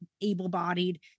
able-bodied